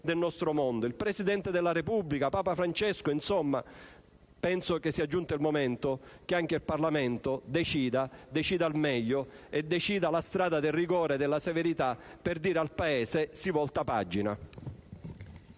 del nostro mondo, come il Presidente della Repubblica, Papa Francesco. Insomma, penso che sia giunto il momento che anche il Parlamento decida al meglio e decida la strada del rigore e della severità per dire al Paese che si volta pagina.